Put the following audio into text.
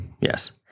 Yes